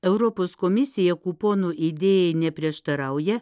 europos komisija kuponų idėjai neprieštarauja